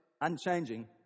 unchanging